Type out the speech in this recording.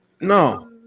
No